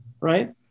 right